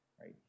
right